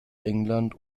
england